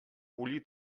bullir